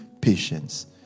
patience